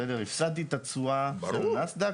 הפסדתי את התשואה של נאסד"ק,